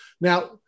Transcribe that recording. now